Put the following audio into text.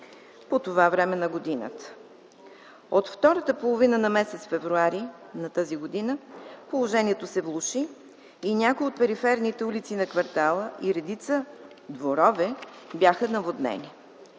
по това време на годината. От втората половина на м. януари тази година положението се влоши и някои от периферните улици на квартала, както и редица дворове бяха наводнени.